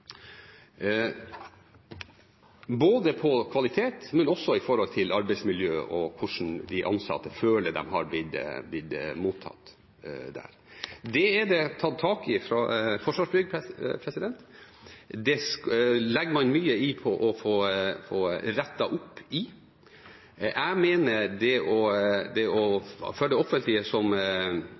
både når det gjelder kvalitet, og når det gjelder arbeidsmiljøet og hvordan de ansatte føler de har blitt mottatt der. Det er det tatt tak i av Forsvarsbygg. Det legger man mye i for å få rettet opp. Jeg mener at for det offentlige, som ansvarlig for fellesskapets penger, er det å